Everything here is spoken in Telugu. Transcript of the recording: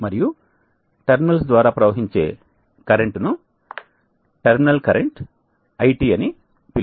మరియు టెర్మినల్స్ ద్వారా ప్రవహించే కరెంట్ ను టెర్మినల్ కరెంట్ IT అని పిలుస్తాము